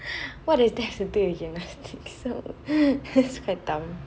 what does that has to do with gymnastic that is quite dumb